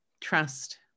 trust